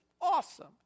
awesome